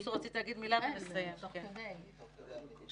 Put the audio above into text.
וגם לספק להם את החומרים בכל הקשר